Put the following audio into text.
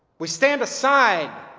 we stand aside